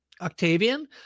Octavian